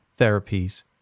therapies